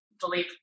believe